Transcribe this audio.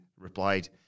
replied